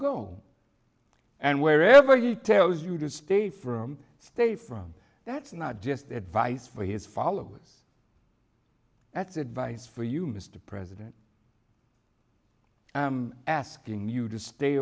go and wherever he tells you to stay firm stay from that not just advice for his followers that's advice for you mr president i am asking you to stay